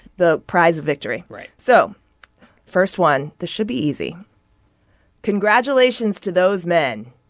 the prize of victory right so first one this should be easy congratulations to those men.